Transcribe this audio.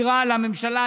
היא רעה לממשלה,